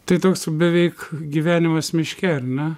tai toks beveik gyvenimas miške ar ne